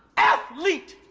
athlete!